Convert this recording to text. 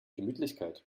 gemütlichkeit